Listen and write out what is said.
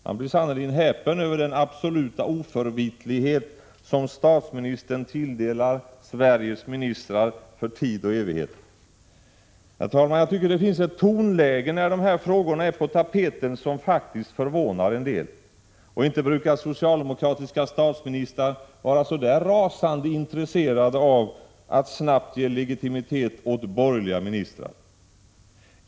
Man blir sannerligen häpen över den absoluta oförvitlighet som statsministern tilldelar Sveriges ministrar för tid och evighet. Herr talman! Jag tycker att det finns ett tonläge när de här frågorna är på tapeten som faktiskt förvånar en del. Inte brukar socialdemokratiska statsministrar vara så där rasande intresserade av att snabbt ge legitimitet åt borgerliga ministrar!